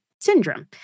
syndrome